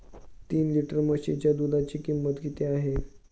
तीन लिटर म्हशीच्या दुधाची किंमत किती आहे?